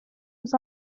was